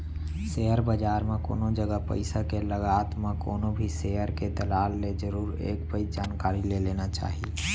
share बजार म कोनो जगा पइसा के लगात म कोनो भी सेयर के दलाल ले जरुर एक पइत जानकारी ले लेना चाही